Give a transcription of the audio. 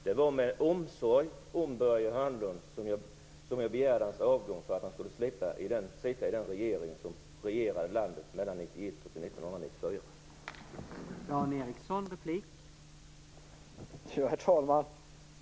Det var med omsorg om Börje Hörnlund som jag begärde hans avgång, så att han skulle slippa sitta i den regering som regerade landet mellan 1991 och 1994.